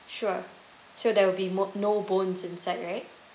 sure so there will be more no bones inside right